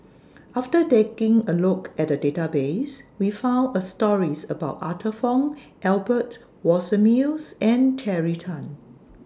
after taking A Look At The Database We found A stories about Arthur Fong Albert Winsemius and Terry Tan